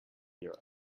your